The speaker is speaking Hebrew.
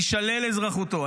תישלל אזרחותו.